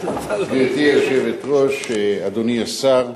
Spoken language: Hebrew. גברתי היושבת-ראש, אדוני השר,